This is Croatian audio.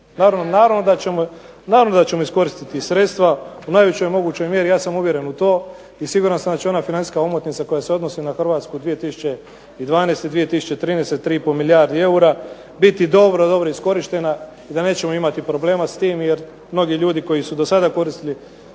Naravno da ćemo iskoristiti sredstva u najvećoj mogućoj mjeri ja sam uvjeren u to i siguran sam da će ona financijska omotnica koja se odnosi na Hrvatsku 2012.-2013. 3,5 milijardi eura biti dobro, dobro iskorištena i da nećemo imati problema s time, jer mnogi ljudi koji su do sada koristili